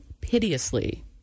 piteously